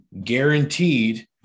Guaranteed